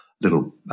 little –